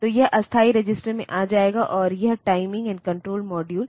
तो यह अस्थायी रजिस्टर में आ जाएगा और यह टाइमिंग एंड कण्ट्रोल मोडूयल